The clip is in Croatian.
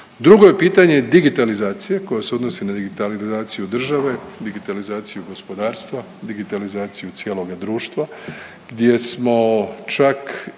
Drugo je pitanje digitalizacije koje se odnosi na digitalizaciju države, digitalizaciju gospodarstva, digitalizaciju cijeloga društva gdje smo čak